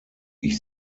ich